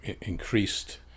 increased